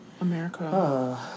America